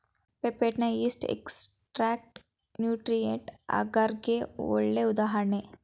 peptone, yeast extract nutrient ಅಗರ್ಗೆ ಗೆ ಒಳ್ಳೆ ಉದಾಹರಣೆ